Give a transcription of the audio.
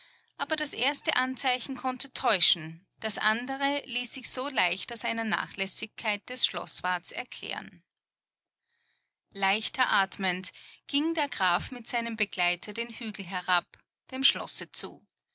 aber das erste anzeichen konnte täuschen das andere ließ sich so leicht aus einer nachlässigkeit des schloßwarts erklären leichter atmend ging der graf mit seinem begleiter den hügel herab dem schlosse zu